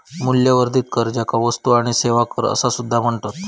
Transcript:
मूल्यवर्धित कर, ज्याका वस्तू आणि सेवा कर असा सुद्धा म्हणतत